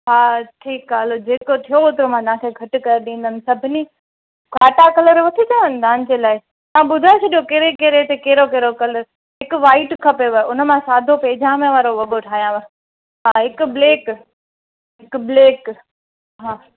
हा ठीकु आहे हलो जेको थियो त मां तव्हा खे घटि करे ॾींदमि सभिनी घाटा कलर वठी अचांव तव्हां जे लाइ तव्हां ॿुधाए छॾियो कहिड़े कहिड़े ते कहिड़ो कहिड़ो कलर हिकु वाइट खपेव उन मां सादो पइजामे वारो वॻो ठाहियांव हा हिकु ब्लैक हिकु ब्लैक हा